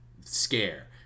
scare